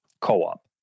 co-op